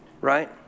right